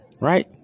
Right